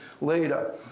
later